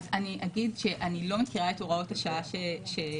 אז אני אגיד שאני לא מכירה את הוראות השעה שהזכרת,